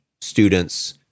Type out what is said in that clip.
students